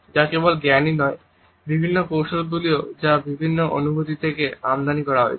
যা কেবল জ্ঞানই নয় বিভিন্ন কৌশলগুলিও যা বিভিন্ন অনুভূতি থেকে আমদানি করা হয়েছে